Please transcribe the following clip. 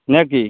নে কি